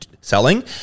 selling